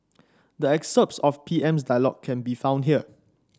the excerpts of PM's dialogue can be found here